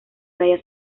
raya